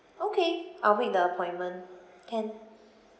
okay I'll make the appointment can